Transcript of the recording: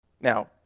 Now